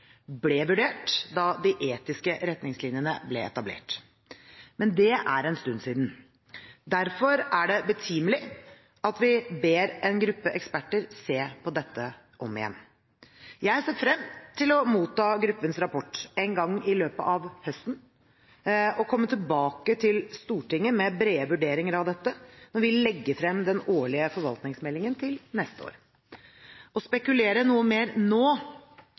ble vurdert da de etiske retningslinjene ble etablert. Men det er en stund siden. Derfor er det betimelig at vi ber en gruppe eksperter se på dette om igjen. Jeg ser frem til å motta gruppens rapport en gang i løpet av høsten og komme tilbake til Stortinget med brede vurderinger av dette når vi legger frem den årlige forvaltningsmeldingen til neste år. Å spekulere noe mer nå